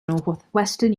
northwestern